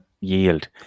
yield